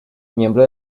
miembro